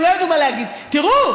הם לא ידעו מה להגיד: תראו,